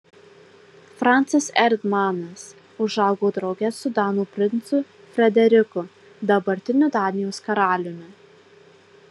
francas erdmanas užaugo drauge su danų princu frederiku dabartiniu danijos karaliumi